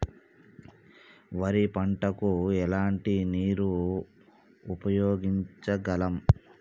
వరి పంట కు ఎలాంటి నీరు ఉపయోగించగలం?